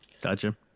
Gotcha